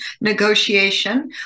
negotiation